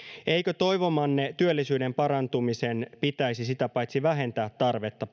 eikö toivomanne työllisyyden parantumisen pitäisi sitä paitsi vähentää tarvetta